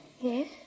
Yes